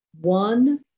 one